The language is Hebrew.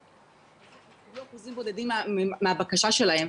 --- הם קיבלו אחוזים בודדים מהבקשה שלהם.